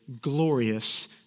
glorious